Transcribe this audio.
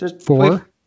Four